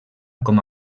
com